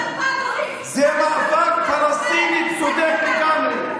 מטורף, מה יש להגיד, בושה וחרפה, אדוני,